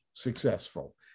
successful